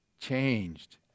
changed